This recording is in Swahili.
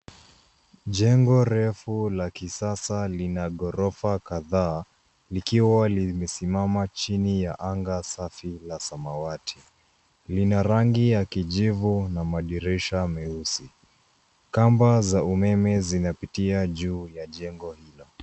Jengo refu la kisasa lina gorofa kadhaa likiwa limesimama chini ya anga safi la samawati lina rangi ya kijivu na madirisha meusi. Kamba za umeme zinapitia juu ya jengo hilo.